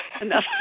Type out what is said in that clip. enough